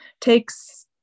takes